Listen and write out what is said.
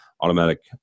automatic